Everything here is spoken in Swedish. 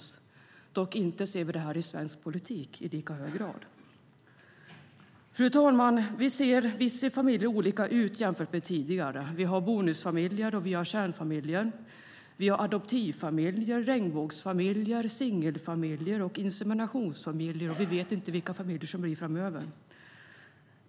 Vi ser dock inte detta i svensk politik i lika hög grad. Fru talman! Visst ser familjer olika ut jämfört med tidigare. Vi har bonusfamiljer, kärnfamiljer, adoptivfamiljer, regnbågsfamiljer, singelfamiljer och inseminationsfamiljer, och vi vet inte vilka familjer som kommer framöver.